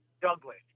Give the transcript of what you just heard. Douglas